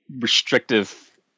restrictive